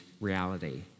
reality